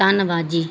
ਧੰਨਵਾਦ ਜੀ